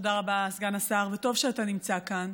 תודה רבה, סגן השר, וטוב שאתה נמצא כאן.